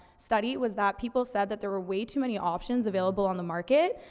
study was that people said that there were way too many options available on the market,